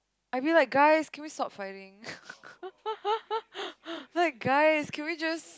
I mean like guys can we stop fighting like guys can we just